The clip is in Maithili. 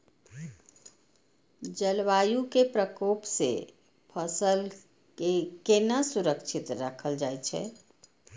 जलवायु के प्रकोप से फसल के केना सुरक्षित राखल जाय छै?